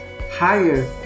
higher